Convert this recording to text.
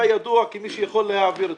אתה ידוע כמי שיכול להעביר דברים.